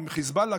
עם חיזבאללה,